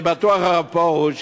אני בטוח, הרב פרוש,